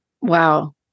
Wow